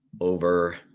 over